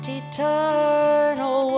eternal